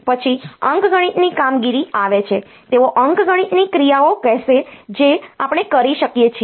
પછી અંકગણિતની કામગીરી આવે છે તેઓ અંકગણિતની ક્રિયાઓ કહેશે જે આપણે કરી શકીએ છીએ